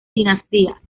dinastías